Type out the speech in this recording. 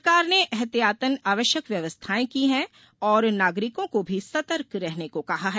सरकार ने ऐहतियातन आवश्यक व्यवस्थाएं की हैं और नागरिकों को भी सतर्क रहने को कहा है